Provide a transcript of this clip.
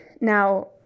Now